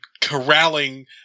corralling